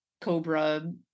cobra